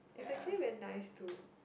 it's actually very nice to